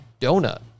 donut